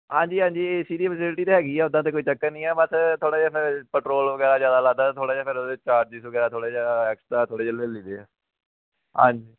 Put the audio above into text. ਹਾਂਜੀ ਹਾਂਜੀ A C ਦੀ ਫੈਸਿਲਿਟੀ ਤਾਂ ਹੈਗੀ ਆ ਉੱਦਾਂ ਤਾਂ ਕੋਈ ਚੱਕਰ ਨਹੀਂ ਹੈ ਬਸ ਥੋੜ੍ਹਾ ਜਿਹਾ ਫਿਰ ਪੈਟਰੋਲ ਵਗੈਰਾ ਜ਼ਿਆਦਾ ਲੱਗਦਾ ਥੋੜ੍ਹਾ ਜਿਹਾ ਫਿਰ ਉਹਦੇ ਚਾਰਜਿਸ ਵਗੈਰਾ ਥੋੜ੍ਹਾ ਜਿਹਾ ਐਕਸਟਰਾ ਥੋੜ੍ਹੇ ਜਿਹੇ ਲੈ ਲਈ ਦੇ ਆ ਹਾਂਜੀ